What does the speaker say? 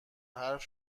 حرف